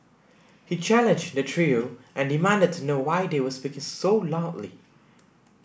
he challenged the trio and demanded to know why they were speaking so loudly